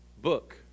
book